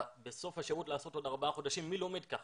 ובסוף השירות לעשות עוד 4 חודשים, מי לומד כך?